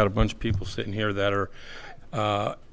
got a bunch of people sitting here that are